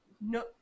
no